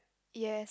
yes